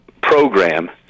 program